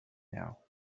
now